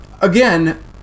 again